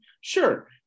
sure